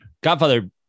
Godfather